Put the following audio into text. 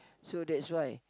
so that's why